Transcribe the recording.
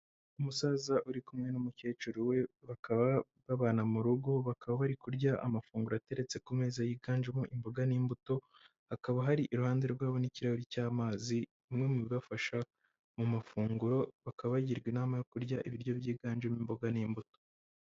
Umusaza uri kumwe n'umukecuru we bakaba babana mu rugo, bakaba bari kurya amafunguro ateretse ku meza yiganjemo imboga n'imbuto, hakaba hari iruhande rwabo n'ikirahure cy'amazi bimwe mu bibafasha mu mafunguro, bakaba bagirwa inama yo kurya ibiryo byiganjemo imboga n'imbuto.